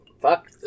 fuck